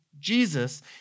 Jesus